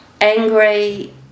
angry